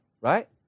right